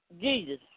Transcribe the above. Jesus